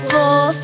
Four